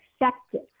effective